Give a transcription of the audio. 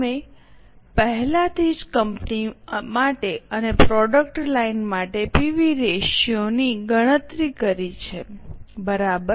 અમે પહેલાથી જ કંપની માટે અને પ્રોડક્ટ લાઇન માટે પીવી રેશિયો ની ગણતરી કરી છે બરાબર